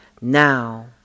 now